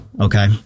okay